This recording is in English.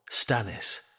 Stannis